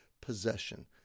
possession